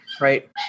right